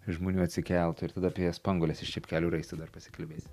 žmonių atsikeltų ir tada apie spanguoles iš čepkelių raisto dar pasikalbėsim